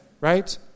Right